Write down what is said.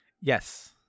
yes